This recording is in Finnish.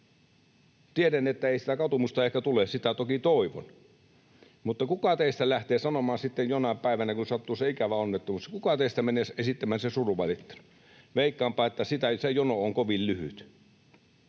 Tiedän, että ei sitä katumusta ehkä tule — sitä toki toivon. Mutta kuka teistä sitten jonain päivänä, kun sattuu se ikävä onnettomuus, menee esittämään sen surunvalittelun? Veikkaanpa, että se jono on kovin lyhyt.